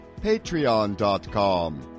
patreon.com